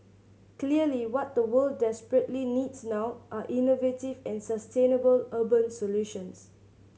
clearly what the world desperately needs now are innovative and sustainable urban solutions